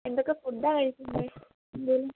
എന്തൊക്കെ ഫുഡാണ് കഴിക്കേണ്ടത് എന്തേലും